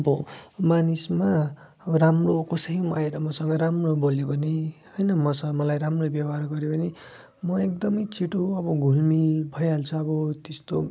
अब मानिसमा राम्रो कसै आएर मसँग राम्रो बोल्यो भने होइन मसँग मलाई राम्रो व्यवहार गर्यो भने म एकदमै छिट्टो अब घुलमिल भइहाल्छु अब त्यस्तो